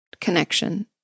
connection